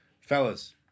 Fellas